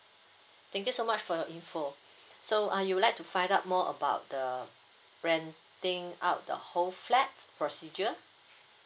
thank you so much for your info so uh you would like to find out more about the renting out the whole flat procedure